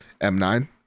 M9